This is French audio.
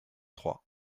trois